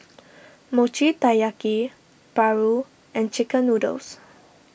Mochi Taiyaki Paru and Chicken Noodles